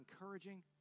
encouraging